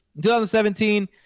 2017